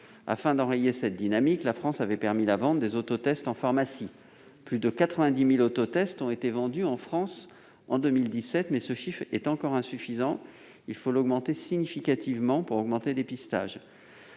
Afin d'enrayer cette dynamique, la France avait permis la vente des autotests en pharmacie. Plus de 90 000 autotests ont ainsi été vendus en 2017, mais ce chiffre est encore insuffisant. Il faut l'augmenter significativement pour améliorer le dépistage.